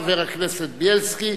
חבר הכנסת בילסקי,